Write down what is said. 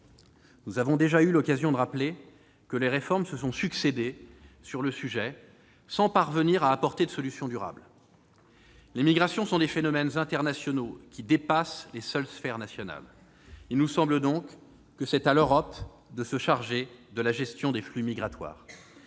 Nous avons déjà eu l'occasion de rappeler que les réformes se sont succédé sur le sujet sans parvenir à apporter de solutions durables. Les migrations sont des phénomènes internationaux qui dépassent les seules sphères nationales. Il nous semble donc que c'est à l'Europe de se charger de la gestion des flux migratoires.